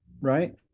right